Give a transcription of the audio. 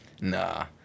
Nah